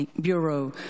Bureau